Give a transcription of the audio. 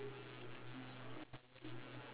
ya the bee's sting is facing the boy but mine is